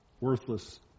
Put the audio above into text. worthless